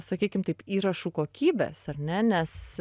sakykim taip įrašų kokybės ar ne nes